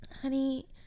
Honey